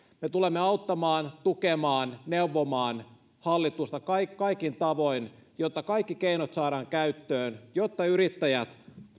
me tulemme auttamaan tukemaan neuvomaan hallitusta kaikin kaikin tavoin jotta kaikki keinot saadaan käyttöön jotta yrittäjät